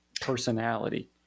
personality